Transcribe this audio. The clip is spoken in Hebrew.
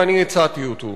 ואני הצעתי אותו: